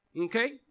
Okay